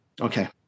Okay